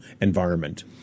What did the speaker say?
environment